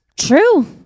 True